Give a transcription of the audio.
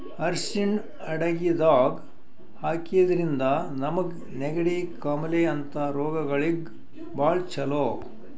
ಅರ್ಷಿಣ್ ಅಡಗಿದಾಗ್ ಹಾಕಿದ್ರಿಂದ ನಮ್ಗ್ ನೆಗಡಿ, ಕಾಮಾಲೆ ಅಂಥ ರೋಗಗಳಿಗ್ ಭಾಳ್ ಛಲೋ